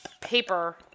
paper